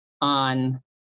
on